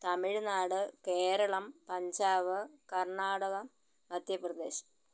Tamil Nadu Keralam Punjab Karnataka Madhya Pradesh